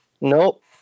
Nope